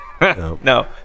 No